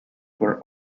were